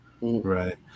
Right